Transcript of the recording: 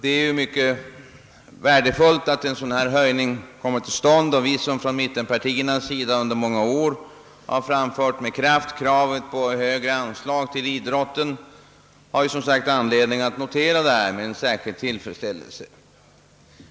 Det är mycket värdefullt att en sådan höjning sker, och mittenpartierna som sedan många år tillbaka med kraft framfört kravet på högre anslag till idrotten har anledning att notera höjningen med särskild tillfredsställelse.